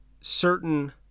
certain